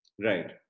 Right